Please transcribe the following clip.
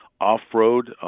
off-road